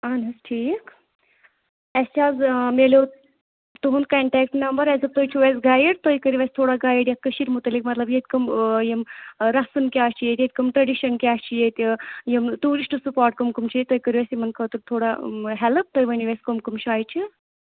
اہن حظ ٹھیٖک اَسہِ حظ میلیو تُہُنٛد کَنٹیکٹ نمبر اَسہِ دوٚپ تُہۍ چھُ اَسہِ گایڈ تُہۍ کٔرِو اَسہِ گایڈ یَتھ کٔشیٖرِ مُتعلق مطلب ییٚتہِ کٕم یِم رَسٕم کیاہ چھِ ییٚتہِ ییٚتہِ کٕم ٹرٛیڈِشَن کیاہ چھِ ییٚتہِ یِم ٹوٗرِسٹ سپاٹ کٕم کٕم چھِ ییٚتہِ تُہۍ کٔرِو اَسہِ یِمَن خٲطرٕ اَسہِ یِمَن خٲطرٕ تھوڑا ہیلٕپ تُہۍ ؤنِو اَسہِ کٕم کٕم جایہِ چھِ